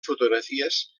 fotografies